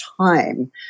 time